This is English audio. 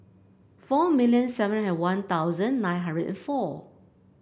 four million seven hundred One Thousand nine hundred four